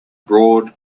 broad